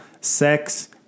sex